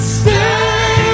stay